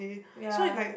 ya